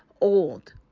old